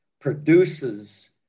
produces